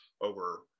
over